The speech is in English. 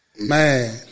man